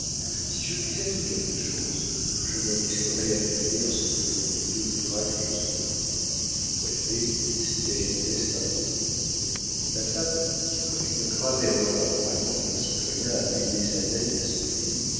si je puis être quelque chose je me risquerai à devenir ce que le bon dieu voudra que je sois sous-préfet si tel est mon destin ma femme tu commets une grave erreur en croyant qu'un citoyen a payé sa dette à son pays